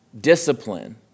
discipline